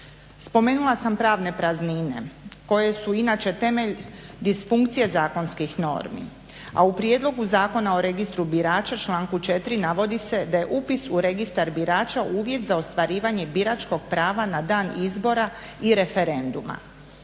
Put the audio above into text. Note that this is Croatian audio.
Spomenula sam pravne praznine koje su inače temelj disfunkcije zakonskih normi, a u prijedlogu zakona o registru birača u članku 4. navodi se da je upis u registar birača uvjet za ostvarivanje biračkog prava na dan izbora i referenduma.